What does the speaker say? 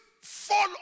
fall